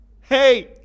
Hey